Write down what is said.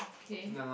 okay